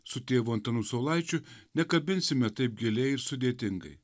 su tėvu antanu saulaičiu nekabinsime taip giliai ir sudėtingai